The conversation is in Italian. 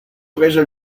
presa